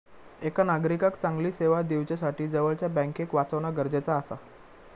एका नागरिकाक चांगली सेवा दिवच्यासाठी जवळच्या बँकेक वाचवणा गरजेचा आसा